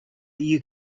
you